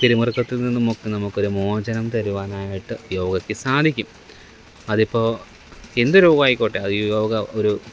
പിരിമുറുക്കത്തില് നിന്നും ഒക്കെ നമുക്ക് ഒരു മോചനം തരുവാനായിട്ട് യോഗയ്ക്ക് സാധിക്കും അത് ഇപ്പോൾ എന്ത് രോഗവും ആയിക്കോട്ടെ അത് യോഗ ഒരു